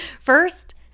First